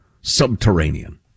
subterranean